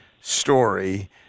story